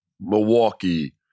Milwaukee